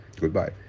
Goodbye